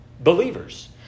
believers